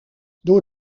door